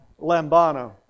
lambano